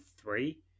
three